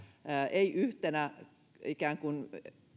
ei yhtenä ikään kuin